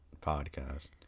podcast